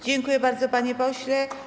Dziękuję bardzo, panie pośle.